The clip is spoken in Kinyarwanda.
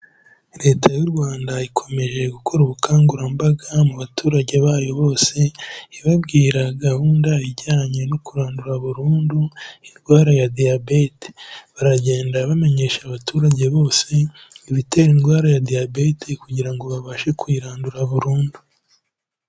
Leta y'u Rwanda ikomeje gukora ubukangurambaga mu baturage bayo bose, ibabwira gahunda ijyanye no kurandura burundu indwara ya Diyabete, baragenda bamenyesha abaturage bose ibitera indwara ya Diyabete kugira ngo babashe kuyirandura burundu.